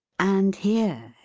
and here,